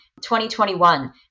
2021